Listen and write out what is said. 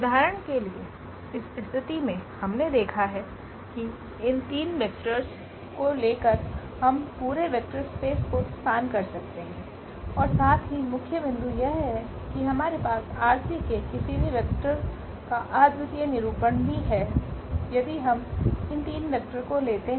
उदाहरण के लिए इस स्थिति में हमने देखा है कि इन 3 वेक्टोर्स को ले कर हम पूरे वेक्टर स्पेस को स्पान कर सकते हैं और साथ ही मुख्य बिंदु यह है कि हमारे पासR3 के किसी भी वेक्टर का अद्वितीय निरूपण भी है यदि हम इन 3 वेक्टर को लेते हैं